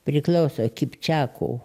priklauso kipčiakų